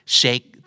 shake